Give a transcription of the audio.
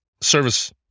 service